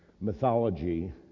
mythology